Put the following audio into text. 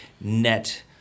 net